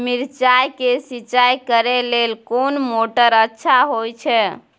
मिर्चाय के सिंचाई करे लेल कोन मोटर अच्छा होय छै?